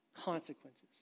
consequences